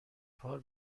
بار